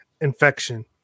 infection